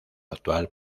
actual